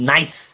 Nice